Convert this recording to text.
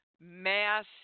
mass